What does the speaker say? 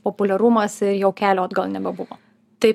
populiarumas ir jau kelio atgal nebebuvo taip